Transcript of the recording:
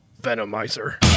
venomizer